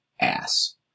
ass